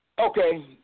Okay